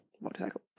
motorcycle